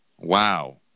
Wow